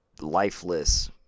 lifeless